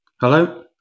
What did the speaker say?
Hello